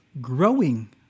growing